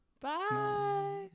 Bye